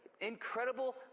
incredible